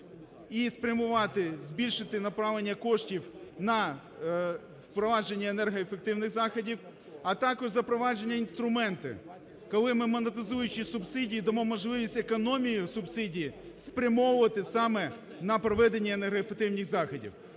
і спрямувати, збільшити направлення коштів на впровадження енергоефективних заходів, а також запровадження інструментів, коли ми, монетизуючи субсидії, дамо можливість економію субсидій спрямовувати саме на проведення енергоефективних заходів.